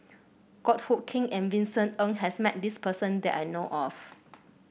Goh Hood Keng and Vincent Ng has met this person that I know of